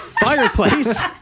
fireplace